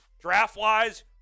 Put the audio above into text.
Draft-wise